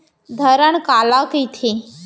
धरण काला कहिथे?